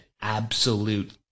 absolute